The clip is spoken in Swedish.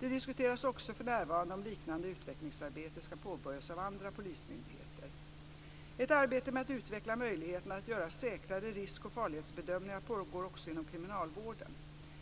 Det diskuteras också för närvarande om liknande utvecklingsarbeten ska påbörjas av andra polismyndigheter. Ett arbete med att utveckla möjligheterna att göra säkrare risk och farlighetsbedömningar pågår också inom kriminalvården.